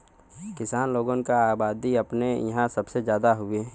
किसान लोगन क अबादी अपने इंहा सबसे जादा हउवे